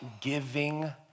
Giving